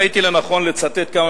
ראיתי לנכון לצטט כמה משפטים מהמכתב הזה.